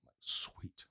Sweet